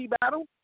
battle